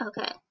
Okay